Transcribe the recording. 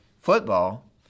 football